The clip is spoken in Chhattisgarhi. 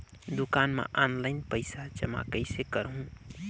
दुकान म ऑनलाइन पइसा जमा कइसे करहु?